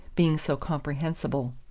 being so comprehensible.